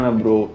bro